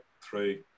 three